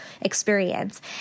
experience